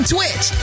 Twitch